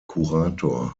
kurator